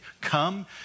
Come